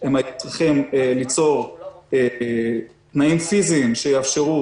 הם היו צריכים ליצור תנאים פיזיים שיאפשרו